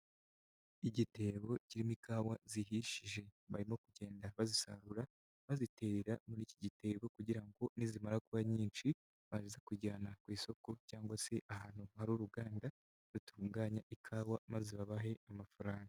Igitebo kirimo ikawa zihishije barimo kugenda bazisarura baziterera muri iki gitebo kugira ngo nizimara kuba nyinshi baze kujyana ku isoko cyangwa se ahantu hari uruganda batunganya ikawa maze babahe amafaranga.